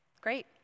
Great